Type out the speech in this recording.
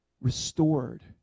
restored